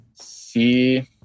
See